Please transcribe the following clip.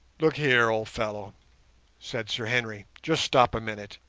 look here, old fellow said sir henry, just stop a minute.